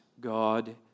God